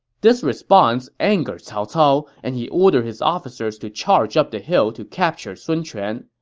this response angered cao cao, and he ordered his officers to charge up the hill to capture sun quan,